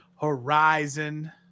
Horizon